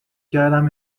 کردم